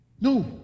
No